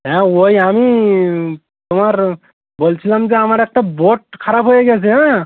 হ্যাঁ ওই আমি তোমার বলছিলাম যে আমার একটা বোট খারাপ হয়ে গেছে হ্যাঁ